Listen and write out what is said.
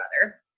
brother